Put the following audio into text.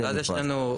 ואז יש לנו,